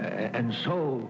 and so